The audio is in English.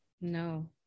no